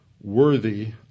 worthy